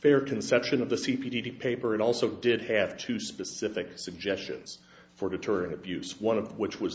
fair conception of the c p d paper it also did have two specific suggestions for deterring abuse one of which was